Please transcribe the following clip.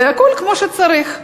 הכול כמו שצריך.